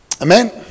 Amen